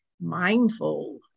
mindful